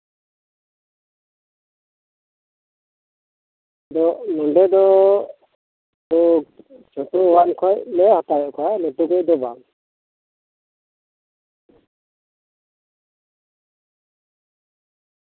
ᱟᱫᱚ ᱱᱚᱸᱰᱮ ᱫᱚ ᱥᱤᱥᱩ ᱚᱣᱟᱱ ᱠᱷᱚᱡ ᱞᱮ ᱦᱟᱛᱟᱣᱮᱫ ᱠᱚᱣᱟ ᱞᱟᱹᱴᱩ ᱠᱚᱫᱚ ᱵᱟᱝ